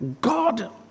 God